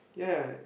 ya ya